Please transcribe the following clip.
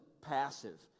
passive